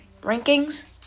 rankings